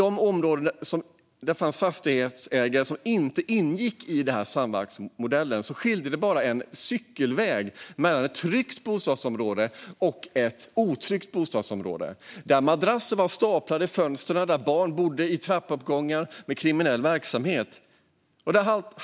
I områden där det finns fastighetsägare som valt att inte ingå i denna mycket bra samverkansmodell, som vi kallar för BID-samverkan, kan det vara så lite som en cykelväg som skiljer ett tryggt bostadsområde från ett otryggt bostadsområde, där madrasser är staplade vid fönstren och barn bor vid trappuppgångar med kriminell verksamhet.